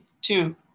two